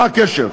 מה הקשר?